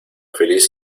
feliz